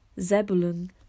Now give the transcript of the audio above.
Zebulun